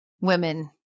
women